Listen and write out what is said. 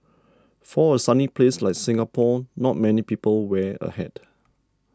for a sunny place like Singapore not many people wear a hat